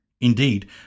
Indeed